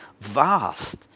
vast